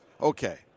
okay